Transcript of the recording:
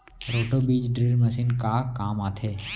Roto बीज drill machine का काम आथे?